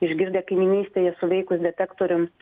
išgirdę kaimynystėje suveikus detektoriams